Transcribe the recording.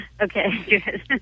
Okay